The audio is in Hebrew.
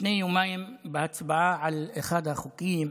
לפני יומיים, בהצבעה על אחד החוקים,